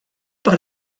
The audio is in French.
par